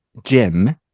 Jim